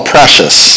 Precious